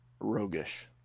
roguish